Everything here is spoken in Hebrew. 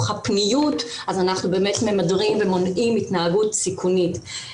הפניוּת אז אנחנו באמת ממדרים ומונעים התנהגות סיכונית.